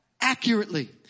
accurately